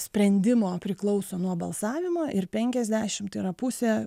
sprendimo priklauso nuo balsavimo ir penkiasdešim tai yra pusė